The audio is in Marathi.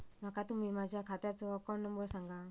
माका तुम्ही माझ्या खात्याचो अकाउंट नंबर सांगा?